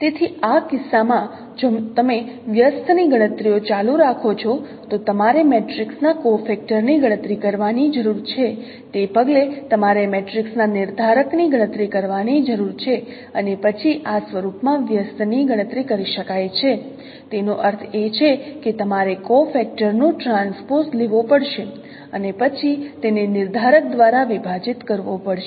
તેથી આ કિસ્સામાં જો તમે વ્યસ્તની ગણતરીઓ ચાલુ રાખો છો તો તમારે મેટ્રિક્સના કોફેક્ટર ની ગણતરી કરવાની જરૂર છે તે પગલે તમારે મેટ્રિક્સના નિર્ધારકની ગણતરી કરવાની જરૂર છે અને પછી આ સ્વરૂપ માં વ્યસ્ત ની ગણતરી કરી શકાય છે તેનો અર્થ એ કે તમારે કોફેક્ટર નો ટ્રાન્સપોઝ લેવો પડશે અને પછી તેને નિર્ધારક દ્વારા વિભાજીત કરવો પડશે